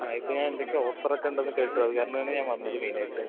ആ ഇപ്പം ഞാൻ എന്തൊക്കെയോ ഓഫർ ഒക്കെ ഉണ്ടെന്ന് കേട്ടു അത് കാരണം ആണ് ഞാൻ വന്നത് മെയിൻ ആയിട്ട്